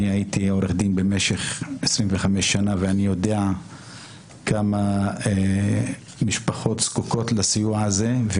הייתי עורך דין במשך 25 שנה ואני יודע כמה משפחות זקוקות לסיוע הזה.